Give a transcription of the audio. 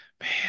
man